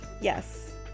yes